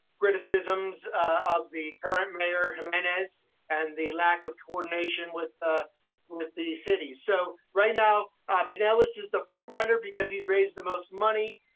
criticisms of the current mayor, gimenez and the lack of coordination with ah with the city. so, right now penelas is the front runner because he's raised the most money.